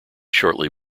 shortly